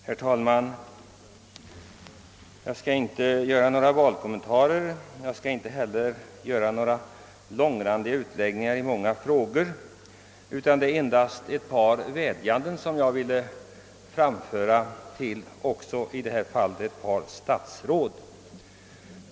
Herr talman! Jag skall inte göra några valkommentarer och inte heller några långrandiga utläggningar i olika frågor — det är endast ett par vädjanden jag ville framföra i detta fall till ett par statsråd.